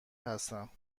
هستم